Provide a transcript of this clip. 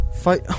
Fight-